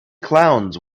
clowns